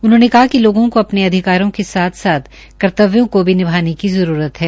उन्होंने कहा कि लोगों को अपने अधिकार के साथ साथ कर्त्तव्यों को भी निभाने की जरूरत है